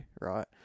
right